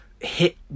hit